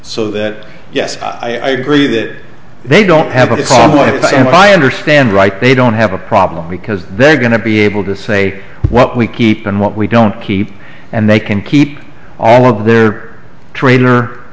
so that yes i agree that they don't have a problem if i understand right they don't have a problem because they're going to be able to say what we keep and what we don't keep and they can keep all of their tra